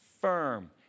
firm